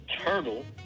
turtle